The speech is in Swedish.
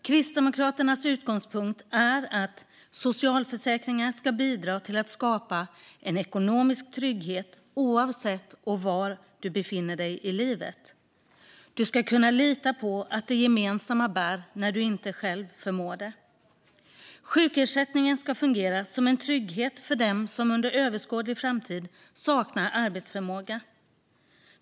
Kristdemokraternas utgångspunkt är att socialförsäkringarna ska bidra till att skapa en ekonomisk trygghet oavsett var du befinner dig i livet. Du ska kunna lita på att det gemensamma bär när du inte själv förmår det. Sjukersättningen ska fungera som en trygghet för den som under överskådlig framtid saknar arbetsförmåga.